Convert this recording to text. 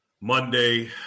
Monday